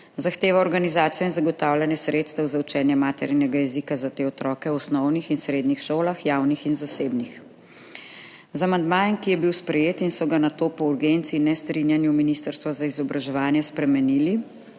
zahtevajo organizacijo in zagotavljanje sredstev za učenje maternega jezika za te otroke v osnovnih in srednjih šolah, javnih in zasebnih. Z amandmajem, ki je bil sprejet in so ga nato po urgenci in nestrinjanju Ministrstva za vzgojo in izobraževanje spremenili